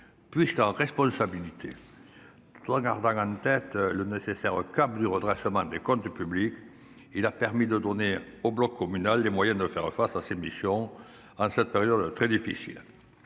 En responsabilité et tout en gardant en tête le nécessaire cap du redressement des comptes publics, ce dernier a en effet permis de donner au bloc communal les moyens de faire face à ses missions en cette période très difficile.